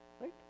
right